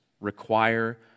require